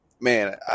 Man